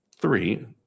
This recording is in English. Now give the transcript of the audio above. three